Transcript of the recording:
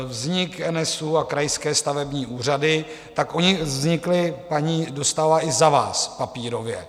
Vznik NSÚ a krajské stavební úřady ony vznikly, paní Dostálová, i za vás papírově.